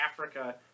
Africa